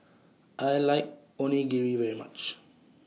I like Onigiri very much